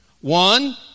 One